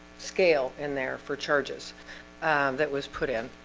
scale in there for charges that was put in